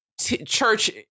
church